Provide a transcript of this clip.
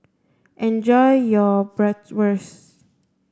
enjoy your Bratwurst